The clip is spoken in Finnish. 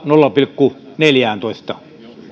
nolla pilkku neljääntoista